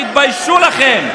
תתביישו לכם.